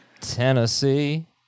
Tennessee